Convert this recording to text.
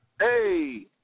Hey